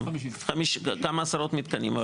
כמה עשרות מתקנים.